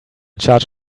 charge